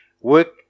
work